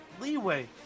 leeway